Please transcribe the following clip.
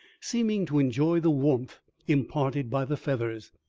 seeming to enjoy the warmth imparted by the feathers.